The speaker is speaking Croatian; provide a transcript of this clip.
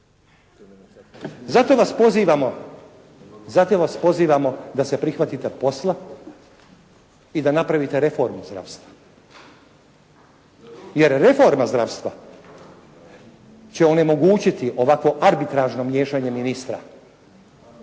Zato vas pozivamo da se prihvatite posla i da napravite reformu zdravstva jer reforma zdravstva će onemogućiti ovako arbitražno miješanje ministra.